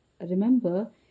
remember